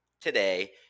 today